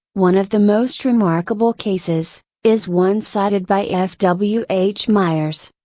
one of the most remarkable cases, is one cited by f w h myers,